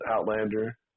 Outlander